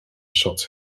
shot